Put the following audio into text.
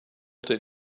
built